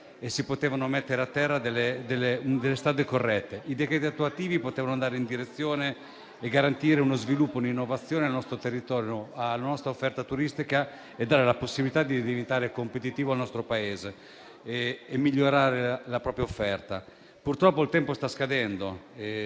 e si potevano mettere a terra delle norme corrette. I decreti attuativi potevano andare in questa direzione e garantire sviluppo e innovazione al nostro territorio e alla nostra offerta turistica e dare la possibilità al nostro Paese di diventare competitivo e migliorare la propria offerta. Purtroppo, il tempo sta scadendo,